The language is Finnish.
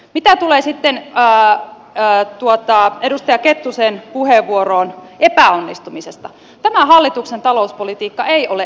mitä tulee sitten edustaja kettusen puheenvuoroon epäonnistumisesta niin tämän hallituksen talouspolitiikka ei ole epäonnistunut